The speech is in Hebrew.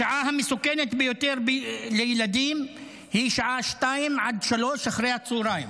השעה המסוכנת ביותר לילדים היא השעה 14:00 עד 15:00 אחרי הצוהריים.